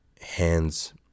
hands